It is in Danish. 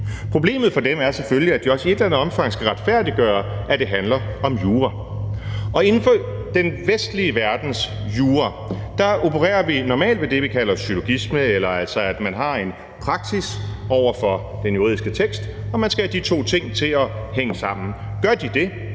Problemet for dem er selvfølgelig, at de også i et eller andet omfang skal retfærdiggøre, at det handler om jura. Og inden for den vestlige verdens jura opererer vi normalt med det, vi kalder en syllogisme, altså at man har en praksis over for den juridiske tekst, og at man skal have de to ting til at hænge sammen. Gør de det,